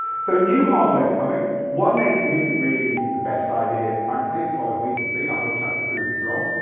so new hardware is coming. one native isn't really the best idea frankly as far as we can see, i hope traktor prove us wrong.